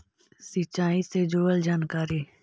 सिंचाई से जुड़ल जानकारी?